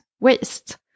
waste